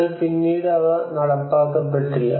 എന്നാൽ പിന്നീട് അവ നടപ്പാക്കപ്പെട്ടില്ല